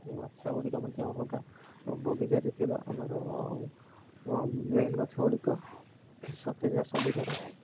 ଗଛଗୁଡ଼ିକ ମଧ୍ୟ ଅଲଗା ବଗିଚାରେ ଥିବା ଆମର ମେନ୍ ଗଛଗୁଡ଼ିକ ସତେଜ ସବୁଜ ରହେ